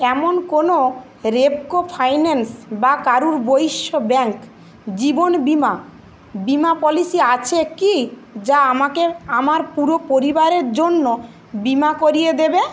এমন কোনও রেপকো ফাইন্যান্স বা কারুর বৈশ্য ব্যাঙ্ক জিবন বিমা বিমা পলিসি আছে কি যা আমাকে আমার পুরো পরিবারের জন্য বিমা করিয়ে দেবে